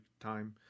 time